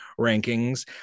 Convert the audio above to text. rankings